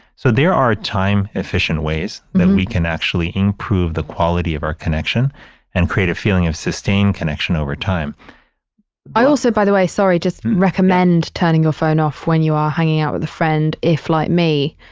so there are time efficient ways that we can actually improve the quality of our connection and create a feeling of sustained connection over time i also, by the way. sorry. just recommend turning your phone off when you are hanging out with a friend. if like me,